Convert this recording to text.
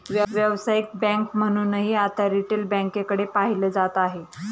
व्यावसायिक बँक म्हणूनही आता रिटेल बँकेकडे पाहिलं जात आहे